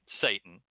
Satan